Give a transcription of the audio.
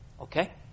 Okay